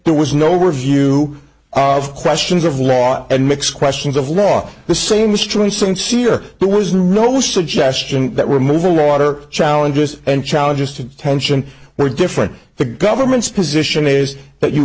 there was no review of questions of law and mix questions of law the same was true sincere there was no suggestion that removal water challenges and challenges to tension were different the government's position is that you